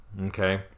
Okay